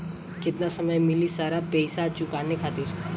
केतना समय मिली सारा पेईसा चुकाने खातिर?